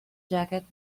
jacket